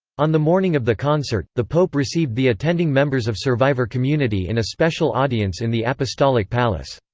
on the morning of the concert, the pope received the attending members of survivor community in a special audience in the apostolic palace.